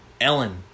Ellen